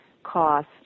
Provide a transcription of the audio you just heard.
cost